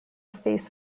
space